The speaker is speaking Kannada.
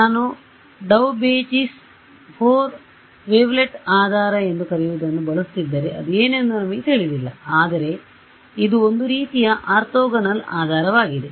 ನಾನು ಡೌಬೆಚೀಸ್ 4 ವೇವ್ಲೆಟ್ ಆಧಾರ ಎಂದು ಕರೆಯುವುದನ್ನು ಬಳಸುತ್ತಿದ್ದರೆ ಅದು ಏನೆಂದು ನಮಗೆ ತಿಳಿದಿಲ್ಲ ಆದರೆ ಇದು ಒಂದು ರೀತಿಯ ಆರ್ಥೋಗೋನಲ್ ಆಧಾರವಾಗಿದೆ